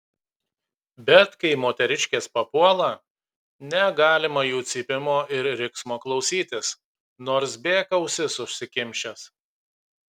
bet kai moteriškės papuola negalima jų cypimo ir riksmo klausytis nors bėk ausis užsikimšęs